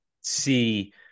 see